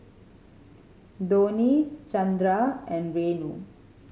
Dhoni Chandra and Renu